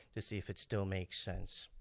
to see if it still makes sense.